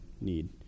need